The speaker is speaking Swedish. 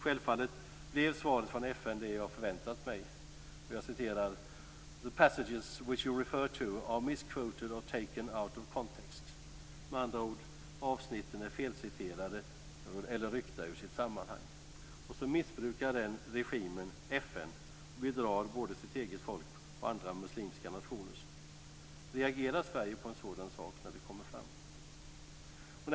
Självfallet blev svaret från FN det jag hade förväntat mig: "The passages which you refer to are misquoted or taken out of context." Med andra ord: Avsnitten är felciterade eller ryckta ur sitt sammanhang. Så missbrukar den regimen FN och bedrar både sitt eget folk och andra muslimska nationers. Reagerar Sverige på en sådan sak när den kommer fram?